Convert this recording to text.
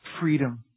freedom